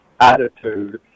attitude